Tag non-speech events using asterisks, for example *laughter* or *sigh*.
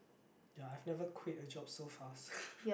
ya I've never quit a job so fast *noise*